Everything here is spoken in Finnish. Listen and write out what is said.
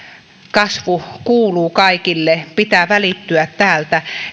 kasvu kuuluu kaikille pitää välittyä täältä